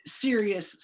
serious